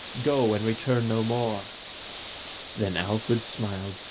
go, and return no more then alfred smiled.